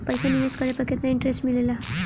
पईसा निवेश करे पर केतना इंटरेस्ट मिलेला?